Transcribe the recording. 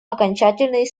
окончательный